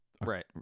right